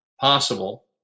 possible